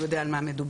הוא יודע על מה מדובר.